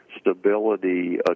stability